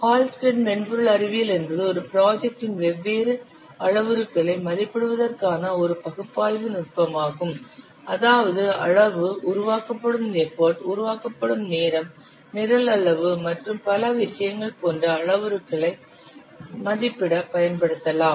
Halstead மென்பொருள் அறிவியல் என்பது ஒரு ப்ராஜெக்டின் வெவ்வேறு அளவுருக்களை மதிப்பிடுவதற்கான ஒரு பகுப்பாய்வு நுட்பமாகும் அதாவது அளவு உருவாக்கப்படும் எஃபர்ட் உருவாக்கப்படும் நேரம் நிரல் அளவு மற்றும் பல விஷயங்கள் போன்ற அளவுருக்களை மதிப்பிட பயன்படுத்தலாம்